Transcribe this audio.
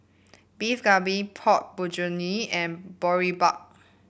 Beef Galbi Pork Bulgogi and Boribap